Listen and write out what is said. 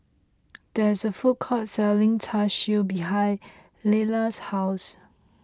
there is a food court selling Char Siu behind Leila's house